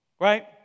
Right